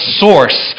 source